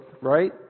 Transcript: right